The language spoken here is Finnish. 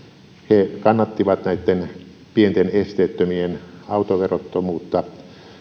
he kannattivat näitten pienten esteettömien autoverottomuutta